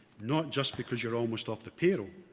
not just because you're almost off the payroll,